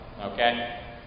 Okay